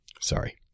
Sorry